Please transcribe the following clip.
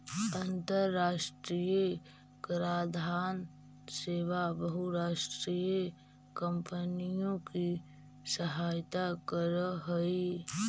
अन्तराष्ट्रिय कराधान सेवा बहुराष्ट्रीय कॉम्पनियों की सहायता करअ हई